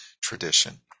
tradition